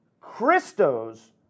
Christos